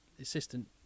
assistant